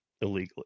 illegally